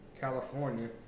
California